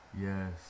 Yes